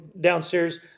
downstairs